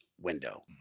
window